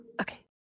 okay